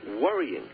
worrying